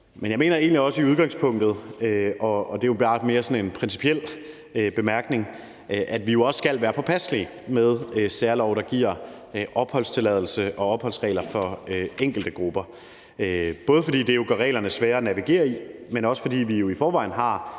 men jeg mener egentlig også i udgangspunktet, og det er jo bare mere sådan en principiel bemærkning, at vi også skal være påpasselige med særlove, der giver opholdstilladelse og opholdsregler for enkelte grupper, både fordi det gør reglerne svære at navigere i, men også fordi vi i forvejen har